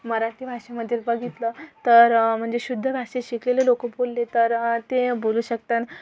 मराठी भाषेमध्ये बघितलं तर म्हणजे शुद्ध भाषेत शिकलेले लोक बोलले तर ते बोलू शकतात